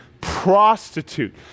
prostitute